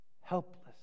Helpless